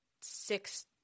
six